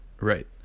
Right